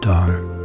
dark